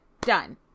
done